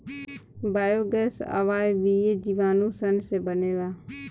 biogas अवायवीय जीवाणु सन से बनेला